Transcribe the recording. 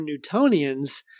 Newtonians